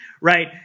right